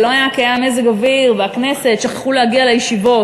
זה לא כי היה מזג אוויר ובכנסת שכחו להגיע לישיבות.